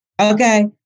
okay